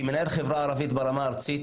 כמנהל חברה ערבית ברמה הארצית,